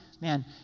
man